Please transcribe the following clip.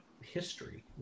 history